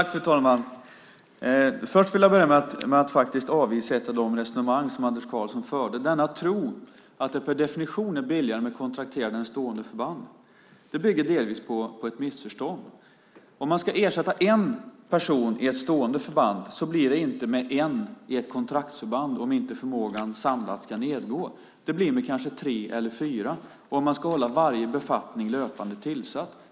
Fru talman! Jag vill börja med att faktiskt avvisa ett av de resonemang som Anders Karlsson förde, nämligen tron att det per definition är billigare med kontrakterade än stående förband. Det bygger delvis på ett missförstånd. Om man ska ersätta en person i ett stående förband blir det inte med en i ett kontraktsförband om inte förmågan samlat kan ernås. Det blir med kanske tre eller fyra om man ska hålla varje befattning löpande tillsatt.